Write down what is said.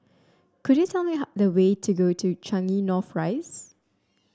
could you tell me how the way to go to Changi North Rise